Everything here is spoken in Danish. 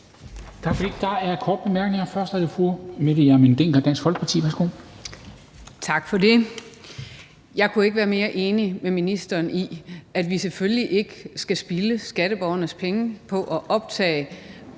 Tak for det. Der er korte bemærkninger. Først er det fru Mette Hjermind Dencker, Dansk Folkeparti. Værsgo. Kl. 14:13 Mette Hjermind Dencker (DF): Tak for det. Jeg kunne ikke være mere enig med ministeren i, at vi selvfølgelig ikke skal spilde skatteborgernes penge på at optage